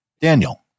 Daniel